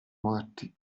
morti